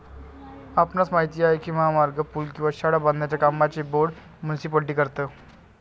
आपणास माहित आहे काय की महामार्ग, पूल किंवा शाळा बांधण्याच्या कामांचे बोंड मुनीसिपालिटी करतो?